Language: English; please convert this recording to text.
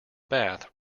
bath